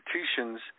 institutions